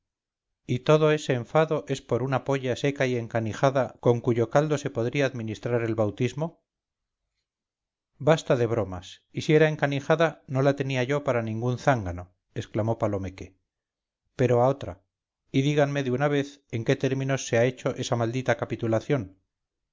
y todo ese enfado es por una polla seca y encanijada con cuyo caldo se podía administrar el bautismo basta de bromas y si era encanijada no la tenía yo para ningún zángano exclamó palomeque pero a otra y díganme de una vez en qué términos se ha hecho esa maldita capitulación